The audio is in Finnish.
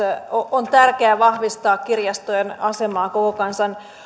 on tärkeää vahvistaa kirjastojen asemaa koko kansan